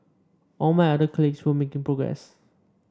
all my other colleagues were making progress